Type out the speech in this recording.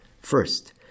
First